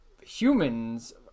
humans